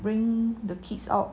bring the kids out